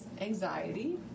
anxiety